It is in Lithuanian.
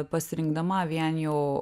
pasirinkdama vien jau